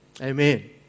Amen